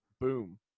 boom